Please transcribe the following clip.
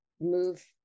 move